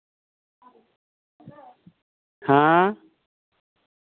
ᱦᱮᱸ